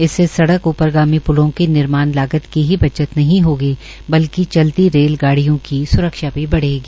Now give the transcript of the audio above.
इससे सडक़ उपरिगामी प्लों की निर्माण लागत की ही बचत नहीं होगी बल्कि चलती रेल गाडियों की स्रक्षा भी बढ़ेगी